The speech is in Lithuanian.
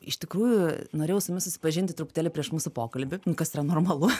iš tikrųjų norėjau su jumis susipažinti truputėlį prieš mūsų pokalbį kas yra normalu